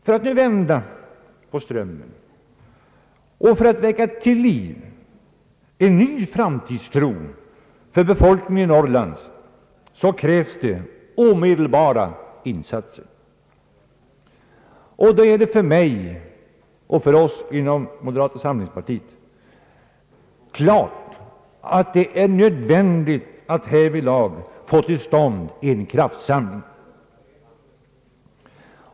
För att vi nu skall kunna vända på strömmen och väcka till liv en ny framtidstro för befolkningen i Norrland krävs det omedelbara insatser. Då är det för mig och för oss inom moderata samlingspartiet klart att det är nödvändigt att härvidlag få till stånd en kraftsamling.